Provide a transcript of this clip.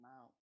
out